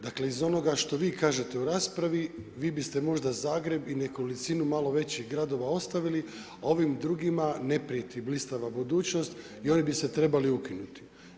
Dakle, iz onoga što vi kažete u raspravi, vi biste možda Zagreb i nekolicinu malo većih gradova ostavili, a ovim drugima ne prijeti blistava budućnost i oni bi se trebali ukinuti.